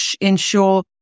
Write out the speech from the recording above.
ensure